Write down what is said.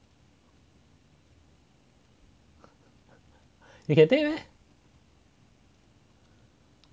you can take meh